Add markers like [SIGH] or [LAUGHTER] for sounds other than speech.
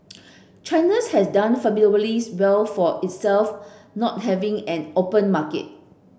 China's has done fabulously [UNINTELLIGIBLE] well for itself not having an open market